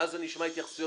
ואז אני אשמע התייחסויות,